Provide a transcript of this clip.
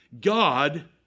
God